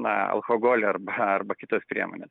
na alkoholį arba arba kitas priemones